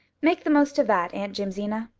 make the most of that, aunt jamesina.